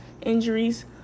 injuries